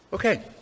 Okay